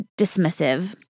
dismissive